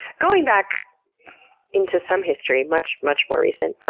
going back into some history, much much more recent,